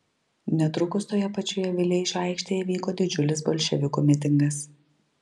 netrukus toje pačioje vileišio aikštėje vyko didžiulis bolševikų mitingas